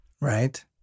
Right